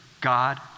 God